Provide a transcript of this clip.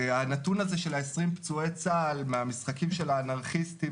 הנתון הזה של 20 פצועי צה"ל מהמשחקים של האנרכיסטים